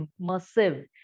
immersive